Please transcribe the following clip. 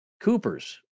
Cooper's